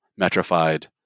metrified